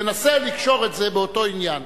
תנסה לקשור את זה באותו עניין.